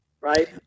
right